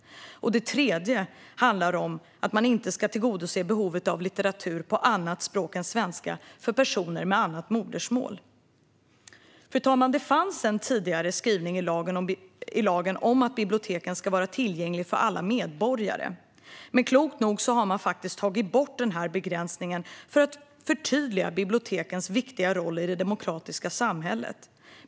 Och den tredje handlar om att man inte ska tillgodose behovet av litteratur på annat språk än svenska för personer med annat modersmål. Fru talman! Det fanns en tidigare skrivning i lagen om att biblioteken ska vara tillgängliga för alla medborgare. Men klokt nog har man faktiskt tagit bort denna begränsning för att förtydliga bibliotekens viktiga roll i det demokratiska samhället.